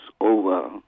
over